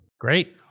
Great